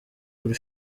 kuri